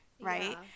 right